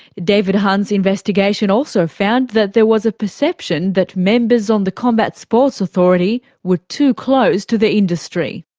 david hunt's investigation also found that there was a perception that members on the combat sports authority were too close to the industry.